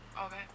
Okay